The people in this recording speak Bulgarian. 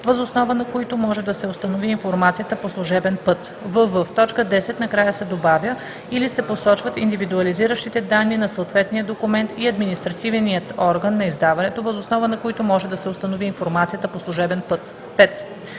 въз основа на които може да се установи информацията по служебен път“; вв) в т. 10 накрая се добавя „или се посочват индивидуализиращите данни на съответния документ и административният орган на издаването, въз основа на които може да се установи информацията по служебен път“.